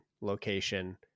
location